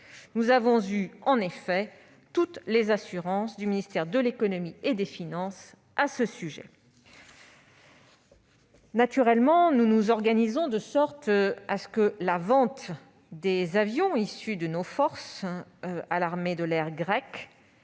Nous avons eu toutes les assurances du ministère de l'économie et des finances à ce sujet. Naturellement, nous nous organisons pour que la vente des avions issus de nos forces à l'armée de l'air grecque